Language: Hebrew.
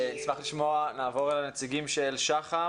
נעבור לנציגים של שח"ם,